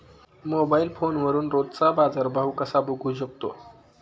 Mobile फोनवरून रोजचा बाजारभाव कसा बघू शकतो?